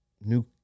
new